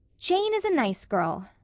jane is a nice girl,